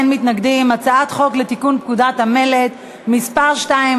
חוק לתיקון פקודת המלט (מס' 2),